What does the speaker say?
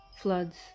floods